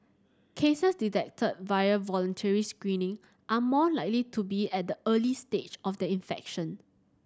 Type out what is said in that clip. cases detected via voluntary screening are more likely to be at the early stage of their infection